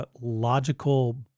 Logical